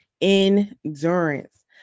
endurance